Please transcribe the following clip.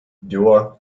duo